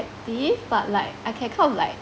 but like I can kind of like